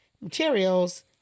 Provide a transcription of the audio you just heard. materials